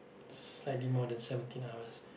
slightly more than seventeen hours